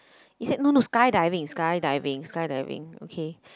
is that no no skydiving skydiving skydiving okay